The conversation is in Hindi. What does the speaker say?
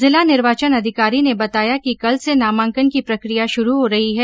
जिला निर्वाचन अधिकारी ने बताया कि कल से नामांकन की प्रक्रिया शुरू हो रही है